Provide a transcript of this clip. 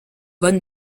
von